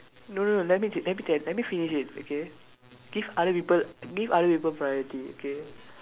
no let me let me tell let me finish it okay give other people give other people priority okay